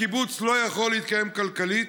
הקיבוץ לא יכול להתקיים כלכלית,